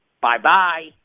Bye-bye